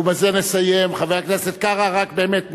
חבר הכנסת קרא, באמת,